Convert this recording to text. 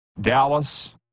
Dallas